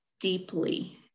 deeply